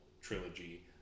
trilogy